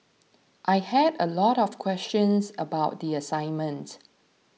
I had a lot of questions about the assignment